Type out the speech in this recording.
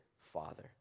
father